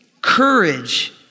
courage